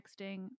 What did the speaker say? texting